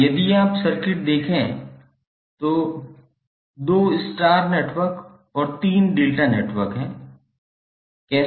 अब यदि आप सर्किट देखें तो 2 स्टार नेटवर्क और 3 डेल्टा नेटवर्क हैं